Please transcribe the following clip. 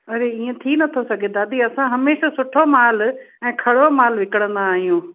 अरे ईअं थी न थो सघे दादी असां हमेशह सुठो माल ऐं खरो माल विकिणंदा आहियूं